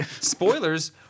spoilers